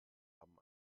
haben